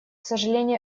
сожалению